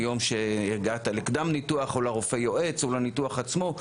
מיום שהגעת לקדם ניתוח או לרופא יועץ או לניתוח עצמו,